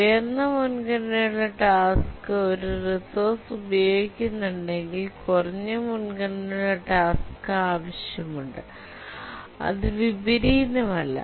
ഉയർന്ന മുൻഗണനയുള്ള ടാസ്ക് ഒരു റിസോഴ്സ് ഉപയോഗിക്കുന്നുണ്ടെങ്കിൽ കുറഞ്ഞ മുൻഗണനയുള്ള ടാസ്ക് ആവശ്യമുണ്ട് അത് വിപരീതമല്ല